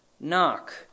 Knock